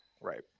Right